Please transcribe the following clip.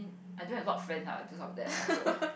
I don't have a lot friends ah I don't have that lah so